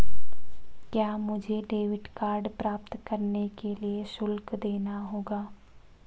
क्या मुझे debit card प्राप्त करने के लिए शुल्क देना होगा?